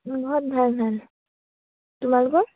ঘৰত ভাল ভাল তোমালোকৰ